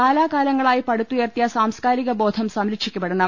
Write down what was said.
കാലാകാലങ്ങളായി പടുത്തുയർത്തിയ സാംസ്കാരിക ബോധം സംരക്ഷിക്കപ്പെടണം